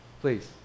Please